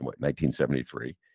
1973